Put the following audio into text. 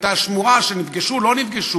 הייתה שמועה שנפגשו/לא-נפגשו,